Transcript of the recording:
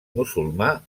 musulmà